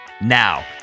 Now